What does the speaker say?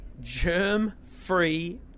germ-free